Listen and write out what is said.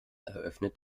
eröffnet